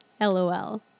LOL